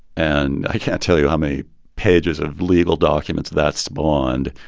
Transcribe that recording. and i can't tell you how many pages of legal documents that spawned.